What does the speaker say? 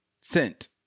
sent